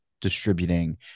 distributing